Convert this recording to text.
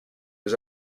was